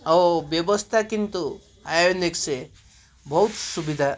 ଆଉ ବ୍ୟବସ୍ଥା କିନ୍ତୁ ଆୟୋନିକ୍ସରେ ବହୁତ ସୁବିଧା